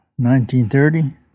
1930